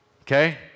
Okay